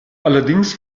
allerdings